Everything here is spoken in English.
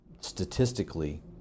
statistically